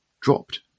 dropped